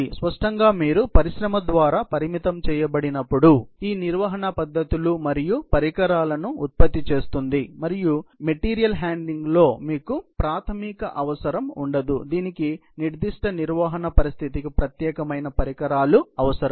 స్పష్టంగా మీరు పరిశ్రమ ద్వారా పరిమితం చేయబడినప్పుడు ఈ నిర్వహణ పద్ధతులు మరియు పరికరాలను ఉత్పత్తి చేస్తుంది మరియు మీ మెటీరియల్ హ్యాండ్లింగ్లో మీకు ప్రాథమిక అవసరం ఉండదు దీనికి నిర్దిష్ట నిర్వహణ పరిస్థితికి ప్రత్యేకమైన పరికరాలు అవసరం